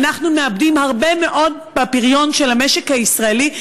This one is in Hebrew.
אנחנו מאבדים הרבה מאוד מהפריון של המשק הישראלי.